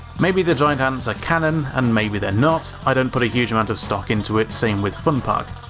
maybe the giant ants are canon and maybe they're not, i don't put a huge amount of stock into it, same with funpark,